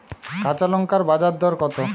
কাঁচা লঙ্কার বাজার দর কত?